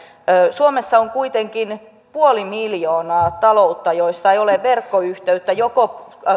suomessa on kuitenkin puoli miljoonaa taloutta joissa ei ole verkkoyhteyttä joko